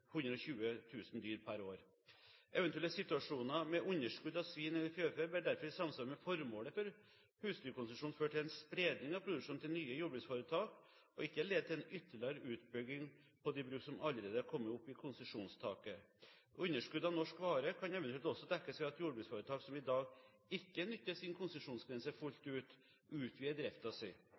per år. Eventuelle situasjoner med underskudd av svin eller fjørfe bør derfor i samsvar med formålet for husdyrkonsesjon føre til en spredning av produksjonen til nye jordbruksforetak og ikke lede til en ytterligere utbygging på de bruk som allerede er kommet opp i konsesjonstaket. Underskudd av norsk vare kan eventuelt også dekkes ved at jordbruksforetak som i dag ikke nytter sin konsesjonsgrense fullt ut, utvider